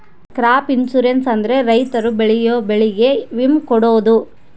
crop insurance ಅಂದ್ರೆ ರೈತರು ಬೆಳೆಯೋ ಬೆಳೆಗೆ ವಿಮೆ ಕೊಡೋದು